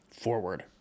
forward